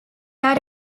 air